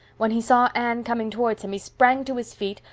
when he saw anne coming towards him he sprang to his feet,